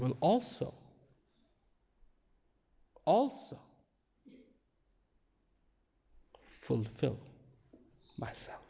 will also also fulfill myself